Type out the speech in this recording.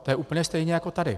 To je úplně stejné jako tady.